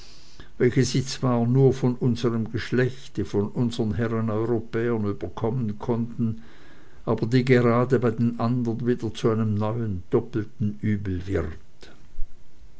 welche sie zwar nur von unserm geschlechte von uns herren europäern überkommen konnten aber die gerade bei den anderen wieder zu einem neuen verdoppelten übel wird